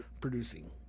producing